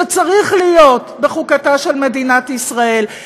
שצריך להיות בחוקתה של מדינת ישראל,